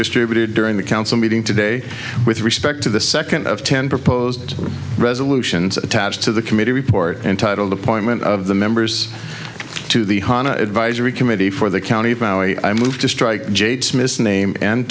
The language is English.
distributed during the council meeting today with respect to the second of ten proposed resolutions attached to the committee report entitled appointment of the members to the advisory committee for the county i move to strike j dismiss name and